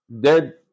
dead